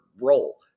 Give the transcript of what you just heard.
role